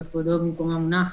וכבודו במקומו מונח,